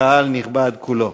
קהל נכבד כולו.